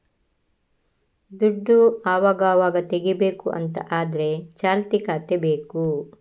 ದುಡ್ಡು ಅವಗಾವಾಗ ತೆಗೀಬೇಕು ಅಂತ ಆದ್ರೆ ಚಾಲ್ತಿ ಖಾತೆ ಬೇಕು